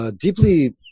Deeply